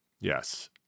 Yes